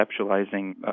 conceptualizing